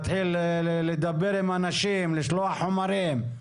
להתחיל לדבר עם אנשים, לשלוח חומרים.